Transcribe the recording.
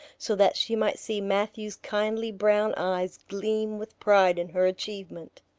so that she might see matthew's kindly brown eyes gleam with pride in her achievement.